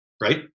right